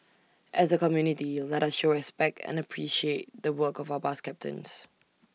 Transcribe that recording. as A community let us show respect and appreciate the work of our bus captains